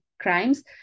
crimes